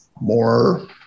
more